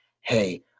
hey